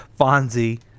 Fonzie